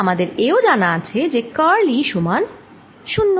আমাদের এও যানা আছে যে কার্ল E সমান 0